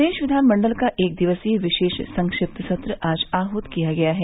प्रदेश विधान मंडल का एक दिवसीय विशेष संक्षिप्त सत्र आज आहत किया गया है